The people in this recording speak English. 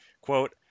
Quote